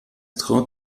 traut